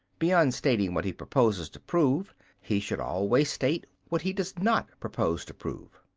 beyond stating what he proposes to prove he should always state what he does not propose to prove.